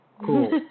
Cool